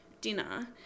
dinner